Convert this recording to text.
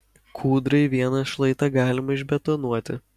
kūdrai vieną šlaitą galima išbetonuoti